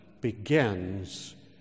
begins